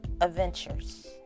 adventures